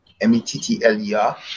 M-E-T-T-L-E-R